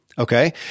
Okay